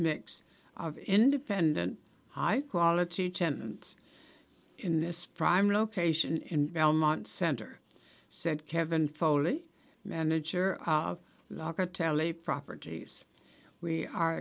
mix of independent high quality tenants in this prime location and belmont center said kevin foley manager of locker tell a properties we are